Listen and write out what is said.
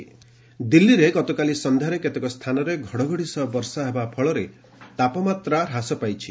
ଓ୍ବେଦର ଦିଲ୍ଲୀରେ ଗତକାଲି ସନ୍ଧ୍ୟାରେ କେତେକ ସ୍ଥାନରେ ଘଡ଼ଘଡ଼ି ସହ ବର୍ଷା ହେବା ଫଳରେ ତାପମାତ୍ରା ହ୍ରାସ ପାଇଛି